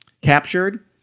captured